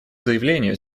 заявлению